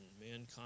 mankind